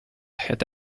had